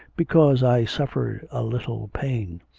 because i suffered a little pain,